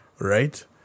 right